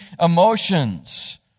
emotions